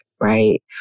Right